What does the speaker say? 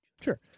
Sure